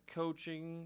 coaching